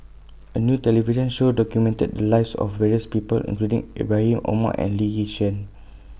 A New television Show documented The Lives of various People including Ibrahim Omar and Lee Yi Shyan